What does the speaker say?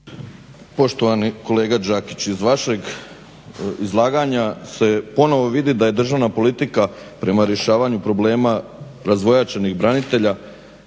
Poštovani kolega Đakić, iz vašeg izlaganja se ponovo vidi da je državna politika prema rješavanju problema razvojačenih branitelja